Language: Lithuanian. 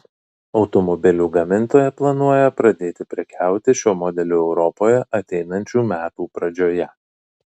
automobilių gamintoja planuoja pradėti prekiauti šiuo modeliu europoje ateinančių metų pradžioje